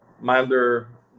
milder